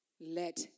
let